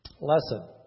Lesson